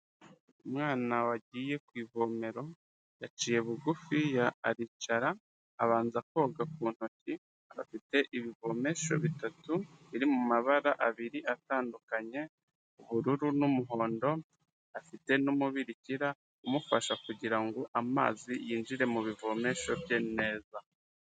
Umwana wagiye ku ivomero yaciye bugufiya aricara abanza koga ku ntoki, afite ibivomesho bitatu biri mu mabara abiri atandukanye, ubururu n'umuhondo, afite n'umubirikira umufasha kugira ngo amazi yinjire mu bivomesho bye neza.